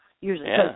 usually